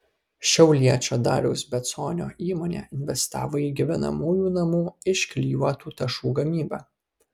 šiauliečio dariaus beconio įmonė investavo į gyvenamųjų namų iš klijuotų tašų gamybą